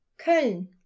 Köln